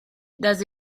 does